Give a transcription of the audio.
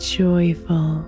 joyful